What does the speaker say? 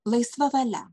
laisva valia